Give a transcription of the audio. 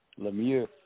Lemieux